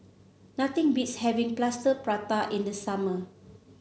nothing beats having Plaster Prata in the summer